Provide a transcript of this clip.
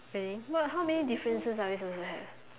really what how many differences are we supposed to have